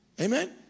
Amen